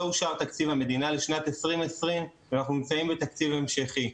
לא אושר תקציב המדינה לשנת 2020 ואנחנו נמצאים בתקציב המשכי.